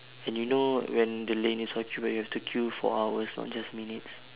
and you know when the lane is occupied you have to queue for hours not just minutes